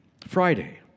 Friday